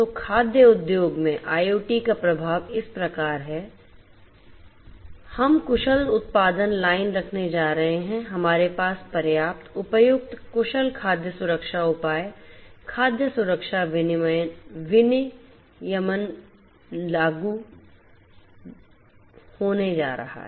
तो खाद्य उद्योग में IIoT का प्रभाव इस तरह है हम कुशल उत्पादन लाइन रखने जा रहे हैं हमारे पास पर्याप्त उपयुक्त कुशल खाद्य सुरक्षा उपाय खाद्य सुरक्षा विनियमन लागू होने जा रहा है